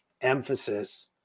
emphasis